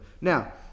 Now